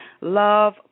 Love